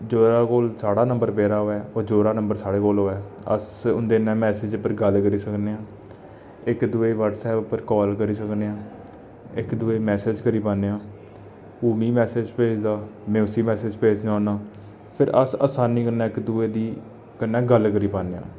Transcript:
जेह्दे कोल साढ़ा नंबर पेदा होऐ होर जेह्दा नंबर साढ़े कोल होऐ अस उं'दे नै मैसेज पर गल्ल करी सकने आं इक दूए ई व्हाट्सएप उप्पर काल करी सकने आं इक दूए ई मैसेज करी पान्ने आं ओह् मिगी मैसेज भेजदा में उसी मैसेज भेजना होन्ना फिर अस अस असानी कन्नै इक दूए दी कन्नै गल्ल करी पान्ने आं